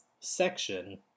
Section